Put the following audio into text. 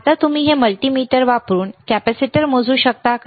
आता तुम्ही हे मल्टीमीटर वापरून कॅपेसिटर मोजू शकता का